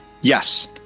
Yes